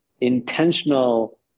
intentional